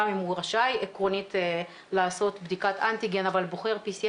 גם אם הוא רשאי עקרונית לעשות בדיקת אנטיגן אבל בוחר PCR,